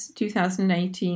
2018